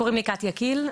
קוראים לי קטיה קיל,